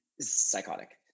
psychotic